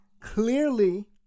Clearly